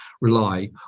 rely